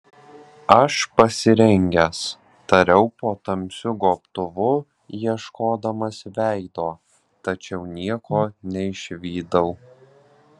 aš pasirengęs tariau po tamsiu gobtuvu ieškodamas veido tačiau nieko neišvydau